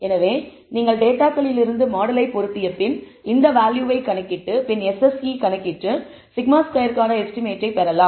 எனவே நீங்கள் டேட்டாகளிலிருந்து மாடலை பொருத்திய பின் இந்த வேல்யூவை கணக்கிட்டு பின் SSE கணக்கிட்டு σ̂2 க்கான எஸ்டிமேட்டைப் பெறலாம்